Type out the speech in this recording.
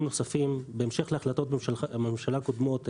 נוספים בהמשך להחלטות ממשלה קודמות,